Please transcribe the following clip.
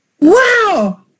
wow